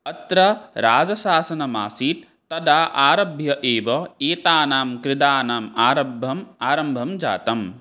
अत्र राजशासनमासीत् तदा आरभ्य एव एतानां क्रीडानाम् आरम्भः आरम्भः जातः